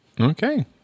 Okay